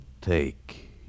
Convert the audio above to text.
take